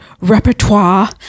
repertoire